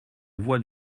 voix